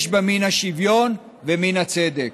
יש בה מן השוויון ומן הצדק.